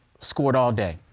scored all day.